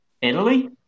Italy